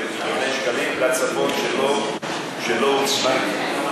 עודפים של מיליוני שקלים שיועדו לצפון ולא נוצלו?